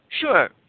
Sure